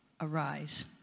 arise